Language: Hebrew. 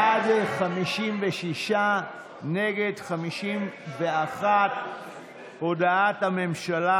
בעד, 56, נגד, 51. הודעת הממשלה